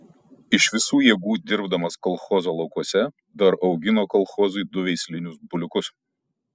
iš visų jėgų dirbdamas kolchozo laukuose dar augino kolchozui du veislinius buliukus